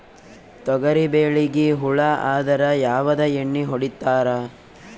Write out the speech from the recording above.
ತೊಗರಿಬೇಳಿಗಿ ಹುಳ ಆದರ ಯಾವದ ಎಣ್ಣಿ ಹೊಡಿತ್ತಾರ?